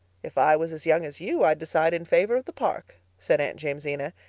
if i was as young as you, i'd decide in favor of the park, said aunt jamesina,